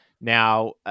now